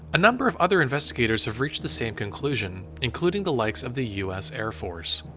a number of other investigators have reached the same conclusion, including the likes of the u s. air force.